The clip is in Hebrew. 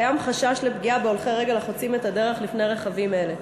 חשש לפגיעה בהולכי רגל החוצים את הדרך לפני כלי רכב אלה.